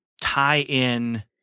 tie-in